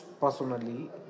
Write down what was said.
personally